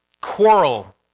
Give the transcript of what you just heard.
quarrel